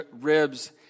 ribs